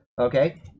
okay